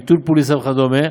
ביטול פוליסה וכדומה,